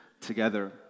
together